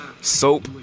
Soap